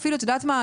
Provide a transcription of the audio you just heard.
את יודעת מה,